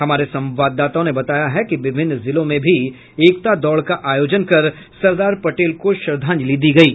हमारे संवाददाताओं ने बताया है कि विभिन्न जिलों में भी एकता दौड़ का आयोजन कर सरदार पटेल को श्रद्वांजलि की गयी